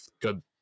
good